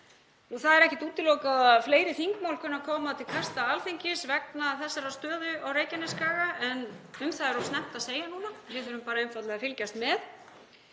Það er ekkert útilokað að fleiri þingmál kunni að koma til kasta Alþingis vegna þessarar stöðu á Reykjanesskaga en um það er of snemmt að segja núna. Við þurfum bara einfaldlega að fylgjast með.